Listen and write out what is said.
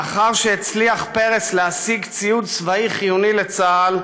לאחר שהצליח פרס להשיג ציוד צבאי חיוני לצה"ל,